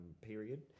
period